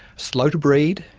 slow to breed,